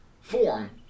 form